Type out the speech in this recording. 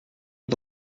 aux